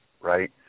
right